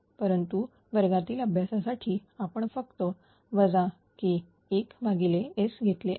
परंतु वर्गातील अभ्यासासाठी आपण फक्त KIS घेतले आहे